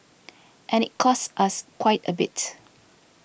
and it cost us quite a bit